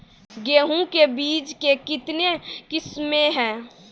गेहूँ के बीज के कितने किसमें है?